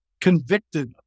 convicted